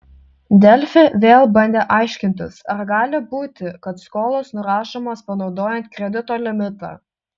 delfi vėl bandė aiškintis ar gali būti kad skolos nurašomos panaudojant kredito limitą